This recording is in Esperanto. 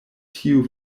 tiu